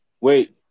Wait